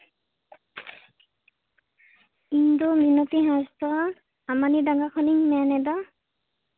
ᱤᱧᱫᱚ ᱢᱤᱱᱚᱛᱤ ᱦᱟᱸᱥᱫᱟ ᱟᱥᱢᱟᱱᱤᱰᱟᱸᱜᱟ ᱠᱷᱚᱱᱤᱧ ᱢᱮᱱᱮᱫᱟ